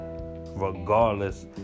Regardless